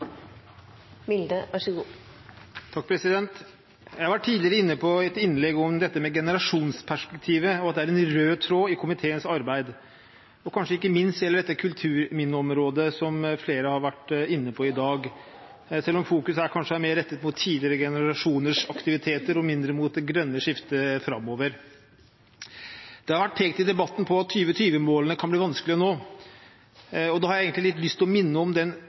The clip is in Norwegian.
en rød tråd i komiteens arbeid. Ikke minst gjelder dette kanskje for kulturminneområdet, som flere har vært inne på i dag, selv om oppmerksomheten her kanskje er mer rettet mot tidligere generasjoners aktiviteter og mindre mot det grønne skiftet framover. Det har vært pekt på i debatten at 2020-målene kan bli vanskelige å nå. Da har jeg lyst til å minne om den